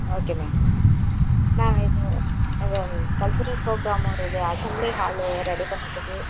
okay ma'am நான் இது இது கல்ச்சுரல்ஸ் ப்ரோக்ராம் ஒரு இது அசம்ப்லி ஹாலு ரெடி பண்ணறதுக்கு